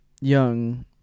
young